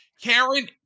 Karen